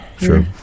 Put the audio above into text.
sure